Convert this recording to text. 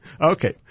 Okay